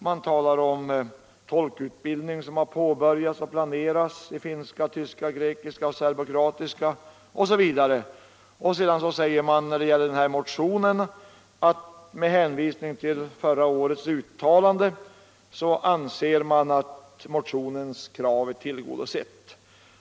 Man talar om den tolkutbildning som påbörjats eller planerats i finska, tyska, grekiska, serbokroatiska osv. Sedan säger utskottet att med hänvisning till förra årets uttalande anser utskottet att motionens krav är tillgodosett.